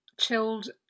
chilled